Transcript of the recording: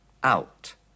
out